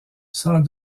sans